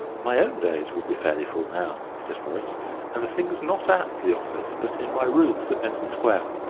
my own days will be fairly full now, said horace and the thing's not at the office, but in my rooms at vincent square.